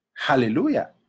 hallelujah